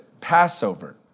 Passover